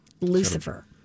Lucifer